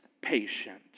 patient